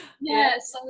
yes